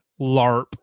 LARP